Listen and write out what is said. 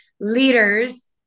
leaders